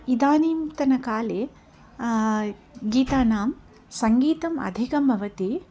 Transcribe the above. इदानींतनकाले गीतानां सङ्गीतम् अधिकं भवति